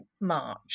March